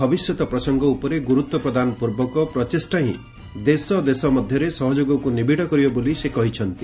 ଭବିଷ୍ୟତ ପ୍ରସଙ୍ଗ ଉପରେ ଗୁରୁତ୍ୱପ୍ରଦାନ ପୂର୍ବକ ପ୍ରଚେଷ୍ଟା ହିଁ ଦେଶ ଦେଶ ମଧ୍ୟରେ ସହଯୋଗକ୍ତ ନିବିଡ଼ କରିବ ବୋଲି ସେ କହିଛନ୍ତି